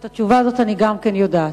את התשובה הזאת גם אני יודעת.